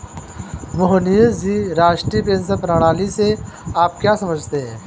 मोहनीश जी, राष्ट्रीय पेंशन प्रणाली से आप क्या समझते है?